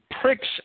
pricks